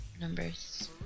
numbers